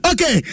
Okay